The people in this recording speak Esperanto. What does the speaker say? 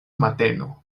mateno